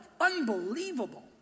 unbelievable